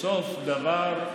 סוף דבר,